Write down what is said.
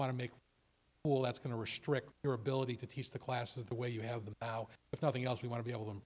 want to make well that's going to restrict your ability to teach the class of the way you have now if nothing else we want to be able to